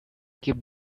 keep